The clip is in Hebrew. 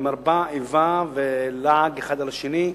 היא מרבה איבה ולעג אחד לשני,